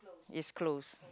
is closed